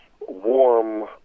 warm